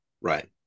right